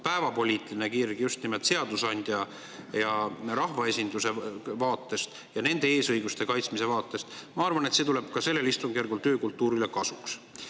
päevapoliitiline kirg just nimelt seadusandja ja rahvaesinduse vaatest ja nende eesõiguste kaitsmise vaatest, tuleb see ka sellel istungjärgul töökultuurile kasuks.